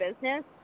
business